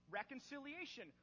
reconciliation